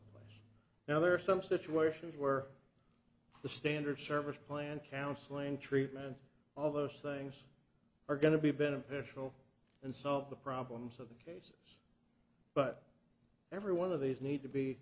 t now there are some situations where the standard service plan counseling treatment all those things are going to be beneficial and solve the problems of the case but every one of these need to be